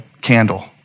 candle